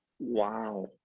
Wow